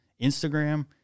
Instagram